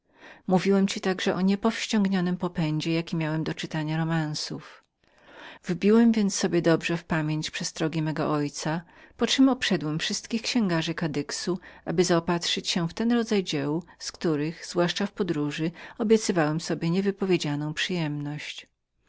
mówiłem ci także o niepowściągnionym popędzie jaki miałem do czytania romansów wbiłem więc sobie dobrze w pamięć przestrogi mego ojca poczem obszedłem wszystkich księgarzy kadyxu aby zaopatrzyć się w ten rodzaj dzieł z których zwłaszcza w podróży obiecywałem sobie niewypowiedzianą przyjemność